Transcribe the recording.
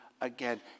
again